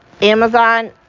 Amazon